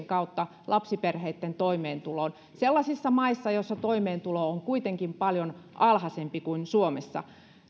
kautta lapsiperheitten toimeentuloon sellaisissa maissa joissa toimeentulo on kuitenkin paljon alhaisempi kuin suomessa